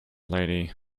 lady